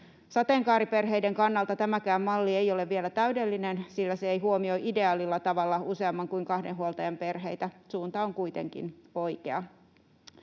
Sateenkaariperheiden kannalta tämäkään malli ei ole vielä täydellinen, sillä se ei huomioi ideaalilla tavalla useamman kuin kahden huoltajan perheitä. Suunta on kuitenkin oikea.